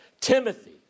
Timothy